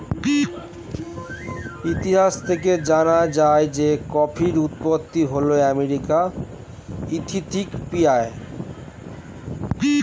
ইতিহাস থেকে জানা যায় যে কফির উৎপত্তিস্থল হল আফ্রিকার ইথিওপিয়া